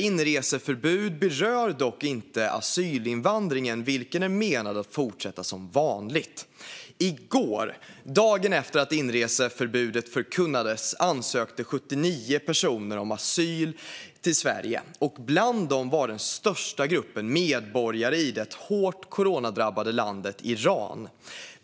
Inreseförbudet berör dock inte asylinvandringen, vilken är menad att fortsätta som vanligt. I går, dagen efter att inreseförbudet förkunnades, ansökte 79 personer om asyl i Sverige. Bland dem var den största gruppen medborgare i det hårt coronadrabbade landet Iran.